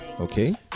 Okay